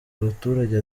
abaturage